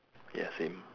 ya same